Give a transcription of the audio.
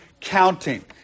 counting